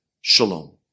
shalom